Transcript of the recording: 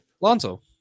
Lonzo